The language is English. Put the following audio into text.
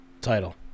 title